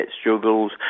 struggles